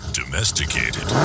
domesticated